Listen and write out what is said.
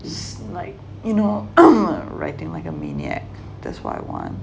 is like you know writing like a maniac that's what I want